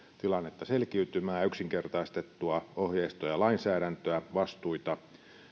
tilannetta selkiytymään ja yksinkertaistettua ohjeistoa ja lainsäädäntöä vastuita